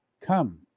Come